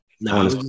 No